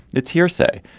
that's hearsay.